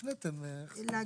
הפניתם, כתוב.